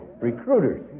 recruiters